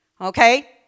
Okay